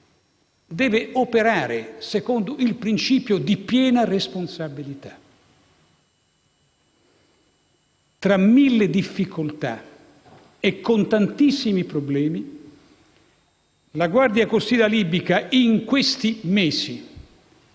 deve operare secondo il principio di piena responsabilità. Tra mille difficoltà e con tantissimi problemi, negli ultimi mesi la Guardia costiera